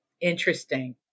Interesting